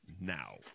now